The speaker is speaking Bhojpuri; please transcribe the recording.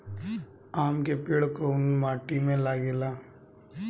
आम के पेड़ कोउन माटी में लागे ला?